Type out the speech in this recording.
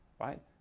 right